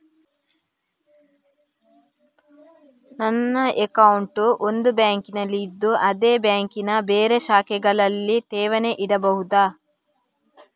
ನನ್ನ ಅಕೌಂಟ್ ಒಂದು ಬ್ಯಾಂಕಿನಲ್ಲಿ ಇದ್ದು ಅದೇ ಬ್ಯಾಂಕಿನ ಬೇರೆ ಶಾಖೆಗಳಲ್ಲಿ ಠೇವಣಿ ಇಡಬಹುದಾ?